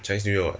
chinese new year [what]